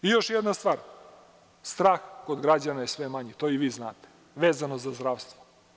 Još jedna stvar, strah kod građana je sve manji, to i vi znate, vezano za zdravstvo.